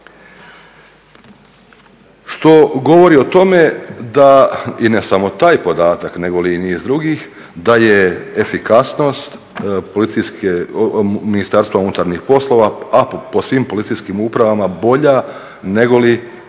što govori o tome da ne i samo taj podatak negoli i niz drugih, da je efikasnost MUP-a po svim policijskim upravama bolja negoli